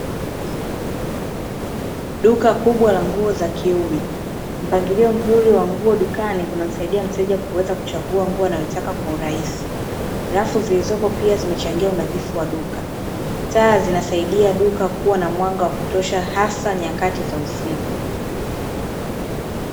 Duka kubwa la nguo za kiume, mpangilio mzuri wa nguo dukani kunamsaidia mteja kuweza kuchagua nguo anayoitaka kwa urahisi. Rafu zilizopo pia zimechangia unadhifu wa duka. Taa zinasaidia duka kuwa na mwanga wa kutosha hasa nyakati za usiku.